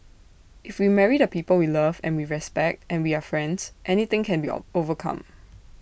if we marry the people we love and we respect and we are friends anything can be of overcome